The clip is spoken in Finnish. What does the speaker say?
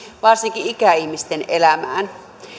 varsinkin ikäihmisten elämään